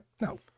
no